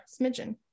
Smidgen